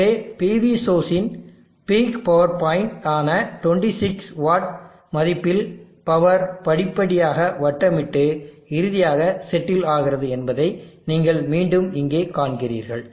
எனவே PV source இன் peak power point ஆன 26 வாட் மதிப்பில் பவர் படிப்படியாக வட்டமிட்டு இறுதியாக செட்டில் ஆகிறது என்பதை நீங்கள் மீண்டும் இங்கே காண்கிறீர்கள்